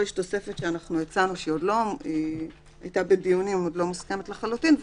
ופה יש תוספת שהצענו שהיא הייתה בדיונים והיא עוד לא מוסכמת לחלוטין.